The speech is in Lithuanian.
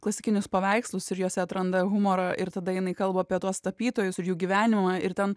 klasikinius paveikslus ir juose atranda humorą ir tada jinai kalba apie tuos tapytojus ir jų gyvenimą ir ten